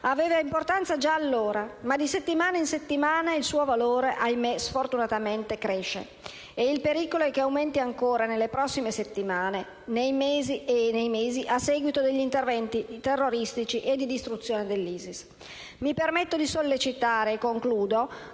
aveva importanza già allora, ma di settimana in settimana il suo valore, ahimè, sfortunatamente cresce e il pericolo è che aumenti ancora nelle prossime settimane e nei prossimi mesi, a seguito degli interventi terroristici e di distruzione dell'ISIS. In conclusione, mi permetto di sollecitare la